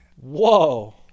Whoa